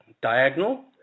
diagonal